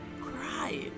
cry